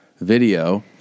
video